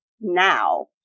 now